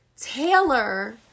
Taylor